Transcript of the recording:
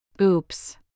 Oops